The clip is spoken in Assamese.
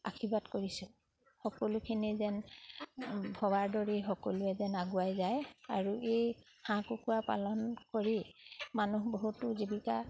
আশীৰ্বাদ কৰিছোঁ সকলোখিনি যেন ভবাৰ দৰেই সকলোৱে যেন আগুৱাই যায় আৰু এই হাঁহ কুকুৰা পালন কৰি মানুহ বহুতো জীৱিকা